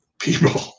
people